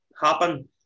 happen